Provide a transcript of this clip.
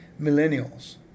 millennials